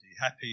Happy